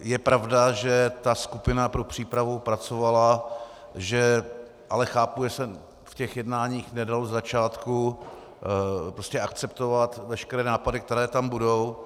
Je pravda, že ta skupina pro přípravu pracovala, ale chápu, že se v těch jednáních nedaly ze začátku prostě akceptovat veškeré nápady, které tam budou.